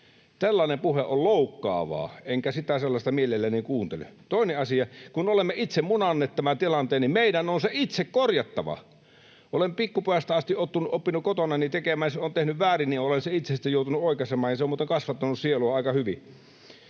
Tällainen puhe on loukkaavaa, enkä sellaista mielelläni kuuntele. Toinen asia: kun olemme itse munanneet tämän tilanteen, niin meidän on se itse korjattava. Olen pikkupojasta asti oppinut kotonani, että jos olen tehnyt väärin, niin olen sen itse sitten joutunut oikaisemaan, ja se on muuten kasvattanut sielua aika hyvin.